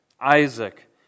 Isaac